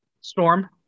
Storm